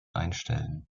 einstellen